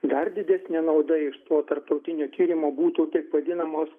dar didesnė nauda iš to tarptautinio tyrimo būtų taip vadinamos